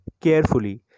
carefully